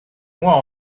mois